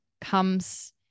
comes